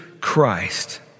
Christ